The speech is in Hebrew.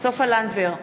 סופה לנדבר,